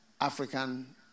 African